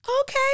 okay